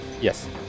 Yes